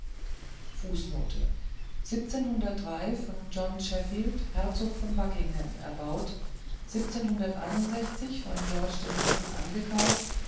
von john sheffield herzog von buckingham erbaut von georg iii angekauft